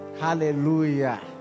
Hallelujah